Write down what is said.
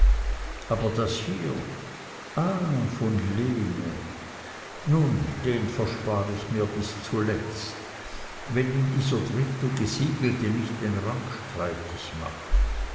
aber das hier ah von lene nun den verspare ich mir bis zuletzt wenn ihm dieser dritte gesiegelte nicht den rang streitig macht